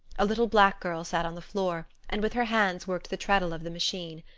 a little black girl sat on the floor, and with her hands worked the treadle of the machine.